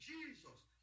Jesus